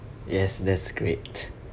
yes that's great